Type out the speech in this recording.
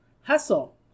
hustle